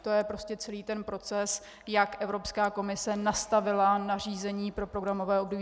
To je prostě celý ten proces, jak Evropská komise nastavila nařízení pro programové období 20142020.